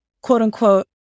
quote-unquote